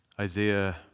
Isaiah